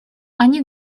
они